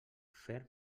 ferm